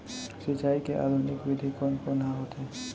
सिंचाई के आधुनिक विधि कोन कोन ह होथे?